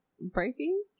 breaking